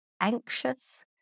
anxious